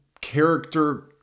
character